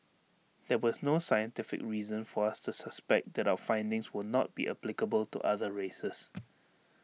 there was no scientific reason for us to suspect that our findings will not be applicable to other races